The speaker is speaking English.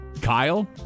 Kyle